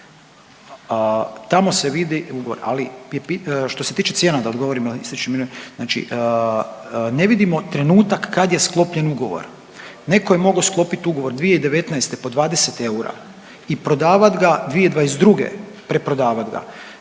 Tamo se vidi ugovor, ali što se tiče cijena da odgovorim, ističe mi vrijeme. Znači ne vidimo trenutak kad je sklopljen ugovor. Netko je mogao sklopiti ugovor 2019. po 20 eura i prodavati ga 2022. preprodavat ga